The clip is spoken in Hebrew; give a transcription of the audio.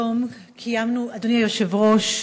אדוני היושב-ראש,